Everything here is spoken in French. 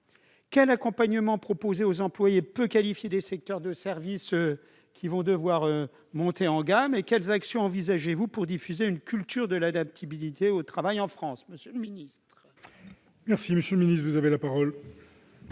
Quel accompagnement proposer aux employés peu qualifiés des secteurs de services, qui vont devoir monter en gamme ? Quelles actions envisagez-vous pour diffuser une culture de l'adaptabilité au travail, en France ?